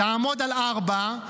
תעמוד על ארבע,